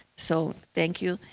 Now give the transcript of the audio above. so thank you,